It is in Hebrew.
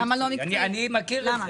מקצועי, אני מכיר את זה.